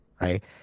Right